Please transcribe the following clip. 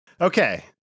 Okay